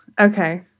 okay